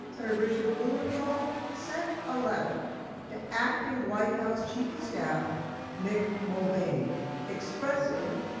center richard blumenthal sent a letter to acting white house chief of staff mick mulvaney expressing,